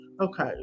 okay